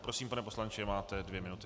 Prosím, pane poslanče, máte dvě minuty.